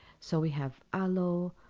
so, we have aloe,